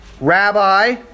Rabbi